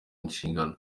inshingano